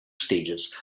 stages